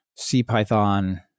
CPython